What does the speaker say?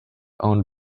owned